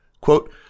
quote